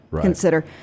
consider